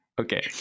Okay